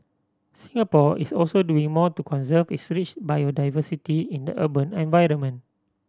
Singapore is also doing more to conserve its rich biodiversity in the urban environment